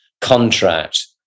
contract